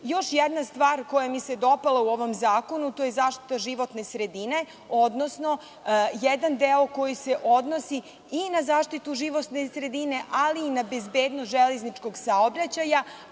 jedna stvar koja mi se dopala u ovom zakonu – zaštita životne sredine, odnosno jedan deo koji se odnosi i na zaštitu životne sredine ali i na bezbednost železničkog saobraćaja,